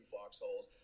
foxholes